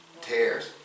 Tears